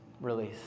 release